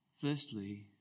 Firstly